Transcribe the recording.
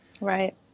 Right